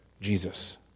Jesus